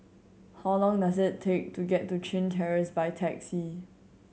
how long does it take to get to Chin Terrace by taxi